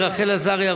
רחל עזריה,